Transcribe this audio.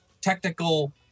technical